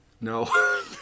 No